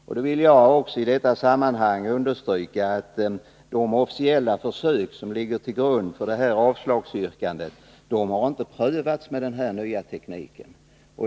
Jag vill i detta sammanhang understryka att de officiella försök som ligger till grund för det framlagda avslagsyrkandet inte har prövats med den nya tekniken.